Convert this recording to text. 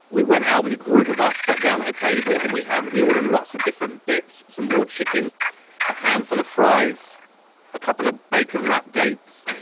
we went out with a group of us sat down at a table and we had we ordered lots of different bits some more chicken a handful of fries a couple of bacon wrapped dates.